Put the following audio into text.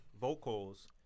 vocals